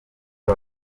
aba